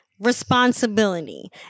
responsibility